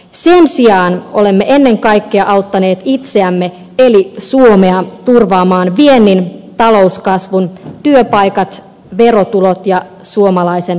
sen sijaan olemme ennen kaikkea auttaneet itseämme eli suomea turvaamaan viennin talouskasvun työpaikat verotulot ja suomalaisen hyvinvoinnin